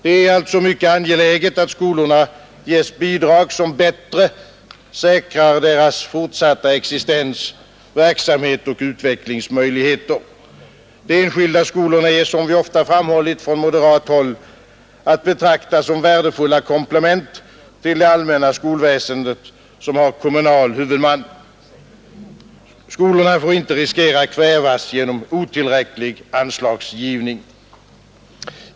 Det är alltså mycket angeläget att skolorna gives bidrag som bättre säkrar deras fortsatta existens, verksamhet och utvecklingsmöjligheter. De enskilda skolorna är som vi ofta framhållit från moderat håll att betrakta som värdefulla komplement till det allmänna skolväsendet som har kommunal huvudman. Skolorna får inte riskera att kvävas genom otillräcklig anslagsgivning.